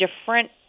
different